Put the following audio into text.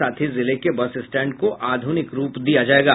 साथ ही जिले के बस स्टैंड को आधुनिक रूप दिया जायेगा